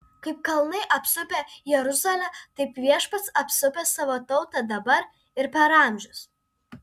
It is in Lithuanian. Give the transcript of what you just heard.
kaip kalnai apsupę jeruzalę taip viešpats apsupęs savo tautą dabar ir per amžius